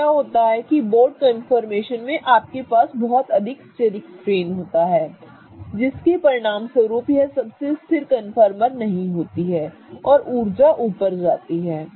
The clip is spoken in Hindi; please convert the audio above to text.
तो क्या होता है कि बोट कन्फर्मेशन में आपके पास बहुत अधिक स्टिरिक स्ट्रेन होता है जिसके परिणामस्वरूप यह सबसे स्थिर कंफर्मर नहीं होती है और ऊर्जा ऊपर जाती है